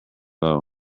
low